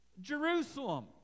Jerusalem